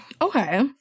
Okay